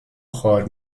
خوار